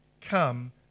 come